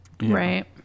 right